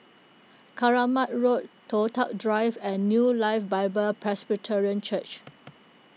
Keramat Road Toh Tuck Drive and New Life Bible Presbyterian Church